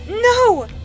No